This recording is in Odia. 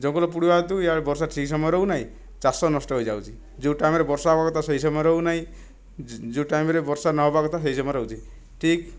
ଜଙ୍ଗଲ ପୋଡ଼ିବା ହେତୁ ଇଆଡ଼େ ବର୍ଷା ଠିକ୍ ସମୟରେ ହେଉନାହିଁ ଚାଷ ନଷ୍ଟ ହୋଇଯାଉଛି ଯେଉଁ ଟାଇମ୍ରେ ବର୍ଷା ହେବା କଥା ସେହି ସମୟରେ ହେଉନାହିଁ ଯେଉଁ ଟାଇମ୍ରେ ବର୍ଷା ନହେବା କଥା ସେହି ସମୟରେ ହେଉଛି ଠିକ୍